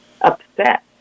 upset